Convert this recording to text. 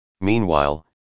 Meanwhile